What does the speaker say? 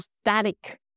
static